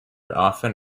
often